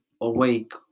awake